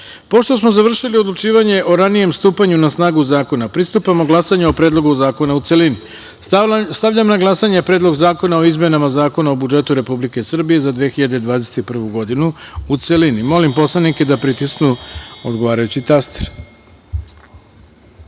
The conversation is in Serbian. smo završili odlučivanje o ranijem stupanju na snagu zakona, pristupamo glasanju o Predlogu zakona, u celini. Stavljam na glasanje Predlog zakona o izmenama i dopunama Zakona o budžetu Republike Srbije za 2021. godinu, u celini. Molim narodne poslanike da pritisnu odgovarajući